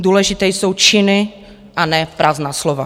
Důležité jsou činy a ne prázdná slova.